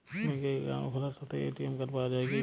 ব্যাঙ্কে অ্যাকাউন্ট খোলার সাথেই এ.টি.এম কার্ড পাওয়া যায় কি?